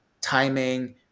timing